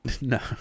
No